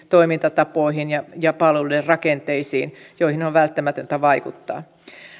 toimintatapoihin ja ja palveluiden rakenteisiin joihin on välttämätöntä vaikuttaa